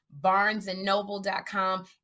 barnesandnoble.com